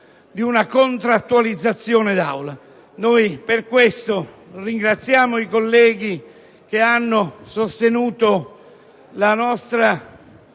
di una contrattualizzazione d'Aula. Per questo ringraziamo i colleghi che hanno sostenuto la nostra